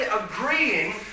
agreeing